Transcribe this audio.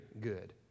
good